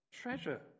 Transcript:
treasure